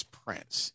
prince